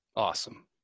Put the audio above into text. awesome